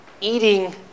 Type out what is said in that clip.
eating